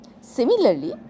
similarly